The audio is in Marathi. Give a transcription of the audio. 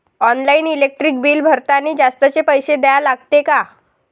ऑनलाईन इलेक्ट्रिक बिल भरतानी जास्तचे पैसे द्या लागते का?